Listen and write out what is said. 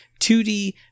2D